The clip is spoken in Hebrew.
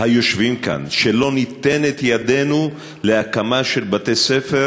היושבים כאן, שלא ניתן את ידנו להקמה של בתי-ספר